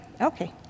Okay